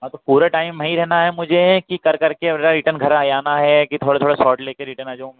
हाँ तो पूरे टाइम वहीं रहना है मुझे कि कर कर के और रिटर्न घर आ जाना है कि थोड़ा थोड़ा शॉट ले के रिटर्न आ जाऊँ मैं